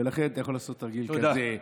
ולכן אתה יכול לעשות תרגיל כזה,